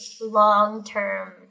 long-term